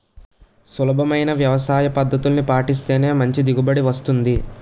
సులభమైన వ్యవసాయపద్దతుల్ని పాటిస్తేనే మంచి దిగుబడి వస్తుంది